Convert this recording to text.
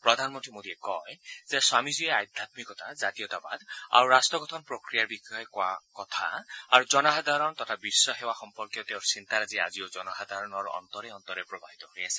প্ৰধানমন্ত্ৰী মোদীয়ে কয় যে স্বামীজীয়ে আধ্যাম্মিকতা জাতীয়তাবাদ আৰু ৰাষ্ট গঠন প্ৰক্ৰিয়াৰ বিষয়ে কোৱা কথা আৰু জনসাধাৰণ তথা বিশ্ব সেৱা সম্পৰ্কীয় তেওঁৰ চিন্তাৰাজি আজিও জনসাধাৰণৰ অন্তৰে অন্তৰে প্ৰবাহিত হৈ আছে